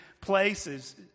places